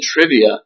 trivia